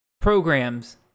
programs